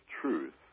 truth